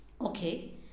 okay